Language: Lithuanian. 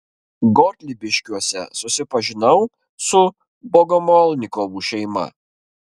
gotlybiškiuose susipažinau su bogomolnikovų šeima